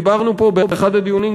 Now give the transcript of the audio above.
דיברנו פה באחד הדיונים,